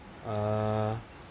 err